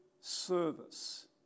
service